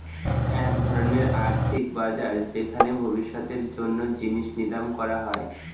এক ধরনের আর্থিক বাজার যেখানে ভবিষ্যতের জন্য জিনিস নিলাম করা হয়